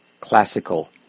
classical